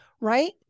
right